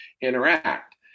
interact